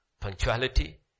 punctuality